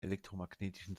elektromagnetischen